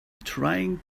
trying